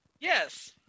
Yes